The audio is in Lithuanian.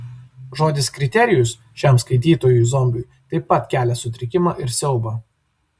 žodis kriterijus šiam skaitytojui zombiui taip pat kelia sutrikimą ir siaubą